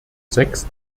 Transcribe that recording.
sechs